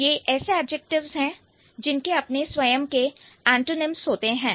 ये ऐसे एडजेक्टिव्स हैं जिनके अपने स्वयं के एंटोनिम्स होते हैं